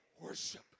Worship